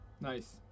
Nice